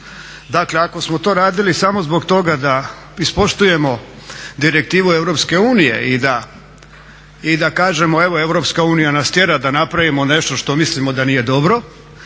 Dakle, ako smo to radili samo zbog toga da ispoštujemo direktivu EU i da kažemo evo EU nas tjera da napravimo nešto što mislimo da nije dobro,